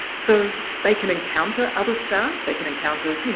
so they can encounter other stars. they can encounter, you